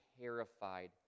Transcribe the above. terrified